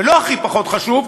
ולא הכי פחות חשוב,